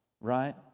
right